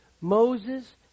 Moses